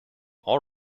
all